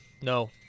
No